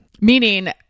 Meaning